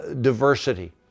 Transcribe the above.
diversity